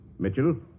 Mitchell